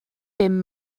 bum